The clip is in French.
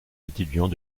étudiants